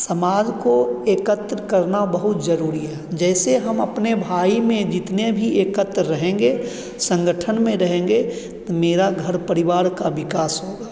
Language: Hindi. समाज को एकत्र करना बहुत ज़रूरी है जैसे हम अपने भाई में जितने भी एकत्र रहेंगे सँगठन में रहेंगे तो मेरा घर परिवार का विकास होगा